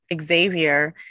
Xavier